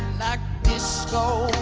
disco